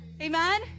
amen